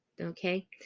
okay